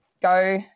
go